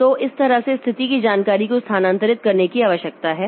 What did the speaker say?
तो इस तरह से स्थिति की जानकारी को स्थानांतरित करने की आवश्यकता है